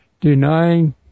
denying